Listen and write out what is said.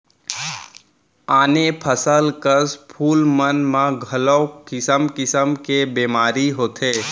आने फसल कस फूल मन म घलौ किसम किसम के बेमारी होथे